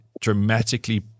dramatically